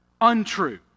untrue